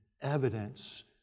evidence